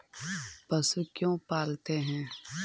पशु क्यों पालते हैं?